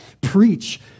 preach